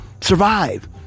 survive